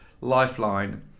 Lifeline